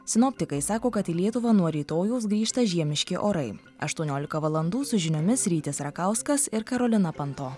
sinoptikai sako kad į lietuvą nuo rytojaus grįžta žiemiški orai aštuoniolika valandų su žiniomis rytis rakauskas ir karolina panto